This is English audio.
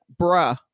bruh